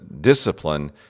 discipline